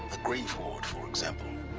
the grave-hoard, for example.